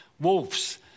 wolves